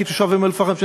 כתושב אום-אלפחם,